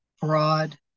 broad